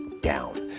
down